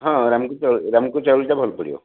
ହଁ ରାମକୋ ଚାଉଳ ରାମକୋ ଚାଉଳଟା ଭଲ ପଡ଼ିବ